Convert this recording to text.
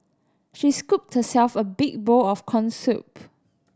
she scooped herself a big bowl of corn soup